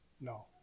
No